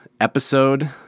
episode